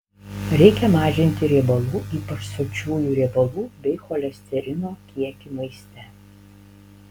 reikia mažinti riebalų ypač sočiųjų riebalų bei cholesterino kiekį maiste